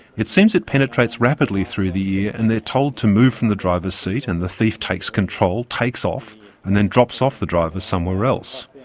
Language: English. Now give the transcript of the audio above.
it seems it penetrates rapidly through the ear and they're told to move from the driver's seat and the thief takes control, takes off and then drops off the driver somewhere else.